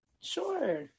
Sure